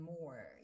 more